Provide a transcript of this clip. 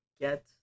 get